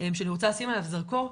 שאני רוצה לשים עליו זרקור,